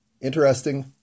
interesting